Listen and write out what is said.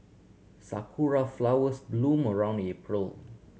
sakura flowers bloom around April